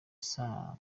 saa